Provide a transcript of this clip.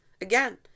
again